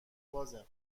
بازه